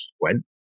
went